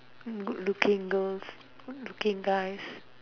good looking girls good looking guys